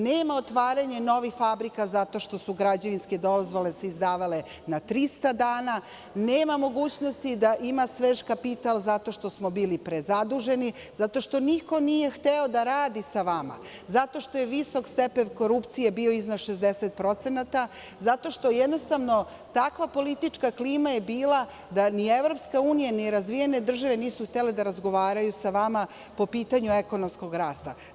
Nema otvaranje novih fabrika, zato što su se građevinske dozvole izdavale na 300 dana, nema mogućnosti da ima svež kapital, zato što smo bili prezaduženi, zato što niko nije hteo da radi sa vama, zato što je visok stepen korupcije bio iznad 60%, zato što jednostavno takva politička klima je bila da ni Evropska unija, ni razvijene države, nisu htele da razgovaraju sa vama po pitanju ekonomskog rasta.